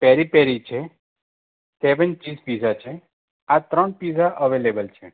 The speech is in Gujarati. પેરી પેરી છે સેવેન ચીઝ પિઝા છે આ ત્રણ પિઝા અવેલેબલ છે